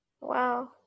Wow